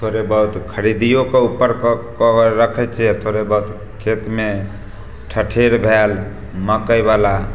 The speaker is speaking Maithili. थोड़े बहुत खरीदिओकऽ उपर कऽ कऽ रखै छिए थोड़े बहुत खेतमे ठठेर भेल मकइवला